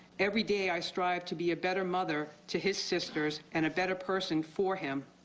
every day i strive to be a better mother to his sisters and a better person for him.